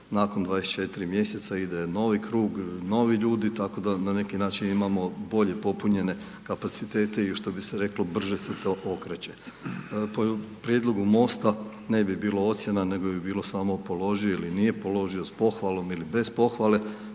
nakon 24 mjeseca ide novi krug, novi ljudi, tako da na neki način imamo bolje popunjene kapacitete i što bi se reklo brže se to okreće. Po prijedlogu MOST-a ne bi bilo ocjena nego bi bilo samo položio ili nije položio sa pohvalom ili bez pohvale.